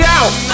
out